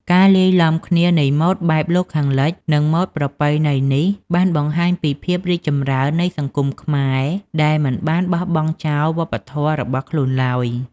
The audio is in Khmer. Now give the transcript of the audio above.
ការលាយឡំគ្នានៃម៉ូដបែបលោកខាងលិច និងម៉ូដប្រពៃណីនេះ បានបង្ហាញពីភាពរីកចម្រើននៃសង្គមខ្មែរដែលមិនបានបោះបង់ចោលវប្បធម៌របស់ខ្លួនឡើយ។